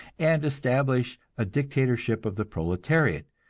and establish a dictatorship of the proletariat,